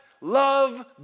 love